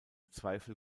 zweifel